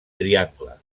triangle